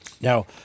Now